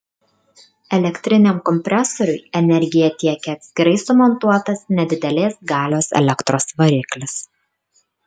elektriniam kompresoriui energiją tiekia atskirai sumontuotas nedidelės galios elektros variklis